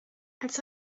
als